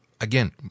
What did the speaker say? again